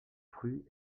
fruit